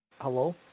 Hello